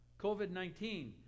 COVID-19